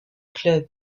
club